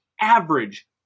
average